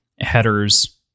headers